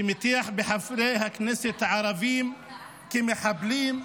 שמטיח בחברי הכנסת הערבים: מחבלים.